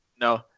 no